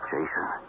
Jason